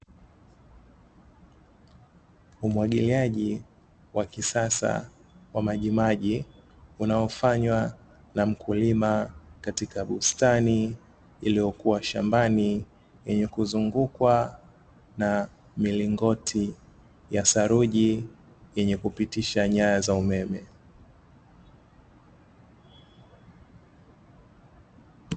Umwagiliaji wa kisasa wa majimaji unaofanywa na mkulima katika bustani iliyokuwa shambani yenye kuzungukwa na milingoti ya saruji yenye kupitisha nyaya za umeme.